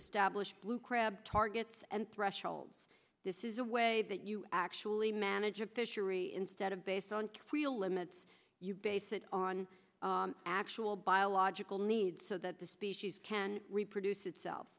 establish blue crab targets and thresholds this is a way that you actually manage your fishery instead of based on tweel limits you base it on actual biological needs so that the species can reproduce itself